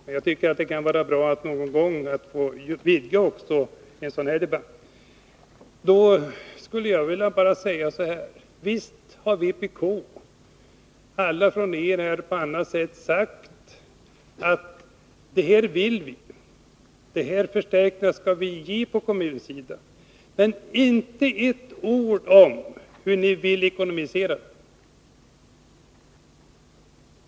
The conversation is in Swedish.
Men jag tycker det är bra att någon gång få vidga en sådan här debatt. Visst har vpk sagt: ”Det här vill vi åstadkomma. De här förstärkningarna skall vi göra på kommunsidan.” Men inte ett ord har ni sagt om hur ni vill att vi ekonomiskt skall klara det.